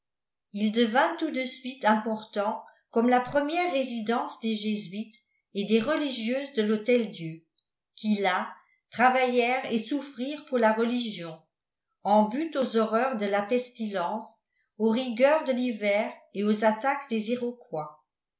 il devint tout de suite important comme la première résidence des jésuites et des religieuses de l'hôtel-dieu qui là travaillèrent et souffrirent pour la religion en butte aux horreurs de la pestilence aux rigueurs de l'hiver et aux attaques des